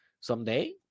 someday